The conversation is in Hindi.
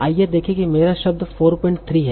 आइए देखें कि मेरा शब्द 43 है